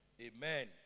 Amen